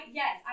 yes